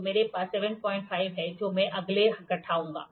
तो मेरे पास 75 है जो मैं अगले घटाऊंगा